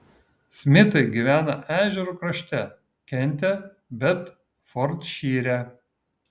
smitai gyvena ežerų krašte kente bedfordšyre